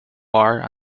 are